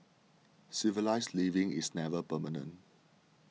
civilised living is never permanent